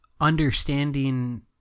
understanding